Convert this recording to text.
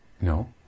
No